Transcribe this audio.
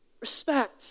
respect